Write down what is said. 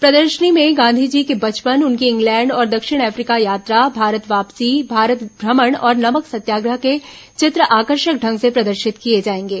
प्रदर्शनी में गांधी जी के बचपन उनकी इंग्लैण्ड और दक्षिण अफ्रीका यात्रा भारत वापसी भारत भ्रमण और नमक सत्याग्रह के चित्र आकर्षक ढंग से प्रदर्शित किए जाएंगे